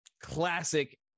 classic